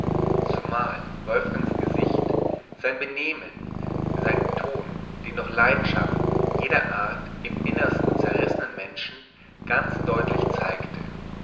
zumal wolfgangs gesicht sein benehmen sein ton den durch leidenschaften jeder art im innersten zerrissenen menschen ganz deutlich zeigte